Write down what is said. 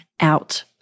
out